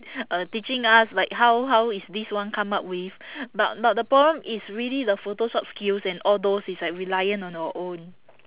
uh teaching us like how how is this one come up with but but the problem is really the photoshop skills and all those it's like reliant on our own